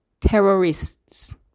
terrorists